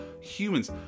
humans